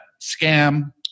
scam